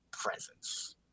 presence